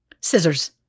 Scissors